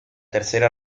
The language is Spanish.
tercera